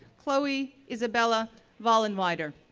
chloe isabella vollenweider,